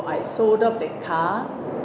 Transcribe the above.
I sold off the car